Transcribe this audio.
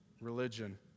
religion